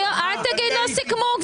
אל תגיד לא סיכמו.